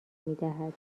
میدهد